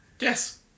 Yes